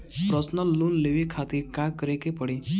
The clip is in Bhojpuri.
परसनल लोन लेवे खातिर का करे के पड़ी?